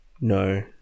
No